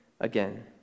again